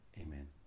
Amen